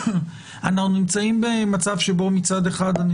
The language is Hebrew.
שאנחנו נמצאים במצב שבו מצד אחד לי